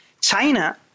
China